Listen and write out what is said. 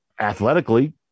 athletically